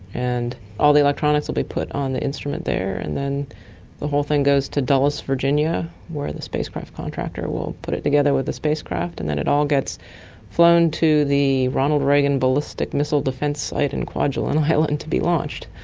and all the electronics will be put on the instrument there, and then the whole thing goes to dulles, virginia, where the spacecraft contractor will put it together with the spacecraft, and then it all gets flown to the ronald reagan ballistic missile defence site in kwajalein island to be launched.